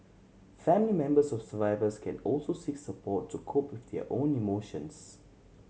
family members of survivors can also seek support to cope with their own emotions